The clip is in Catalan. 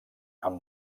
amb